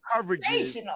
coverages